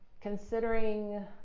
Considering